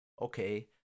okay